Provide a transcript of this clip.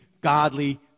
godly